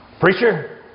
Preacher